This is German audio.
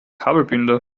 kabelbinder